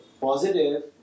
positive